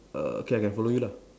err okay I can follow you lah